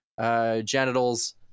Genitals